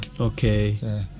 okay